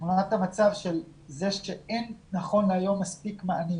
תמונת המצב של זה שאין נכון להיום מספיק מענים